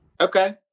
Okay